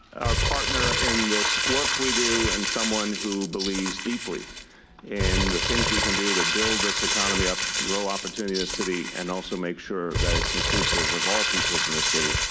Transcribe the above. our partner in this work we do and someone who believes deeply in the things we can do to build this economy up, grow opportunity in this city, and also make sure that it's inclusive of all peoples in this city.